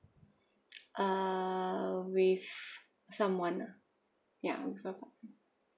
uh with someone ah ya with someone